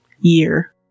year